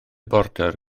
border